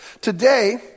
Today